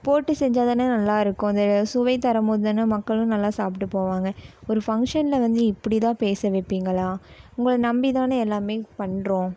போட்டு செஞ்சால் தானே நல்லாயிருக்கும் அந்த சுவை தருமோது தானே மக்களும் நல்லா சாப்பிட்டு போவாங்க ஒரு ஃபங்க்ஷனில் வந்து இப்படி தான் பேச வைப்பிங்களா உங்களை நம்பி தானே எல்லாமே பண்ணுறோம்